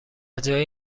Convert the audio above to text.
جایی